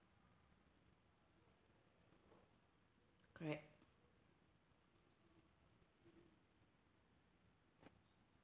correct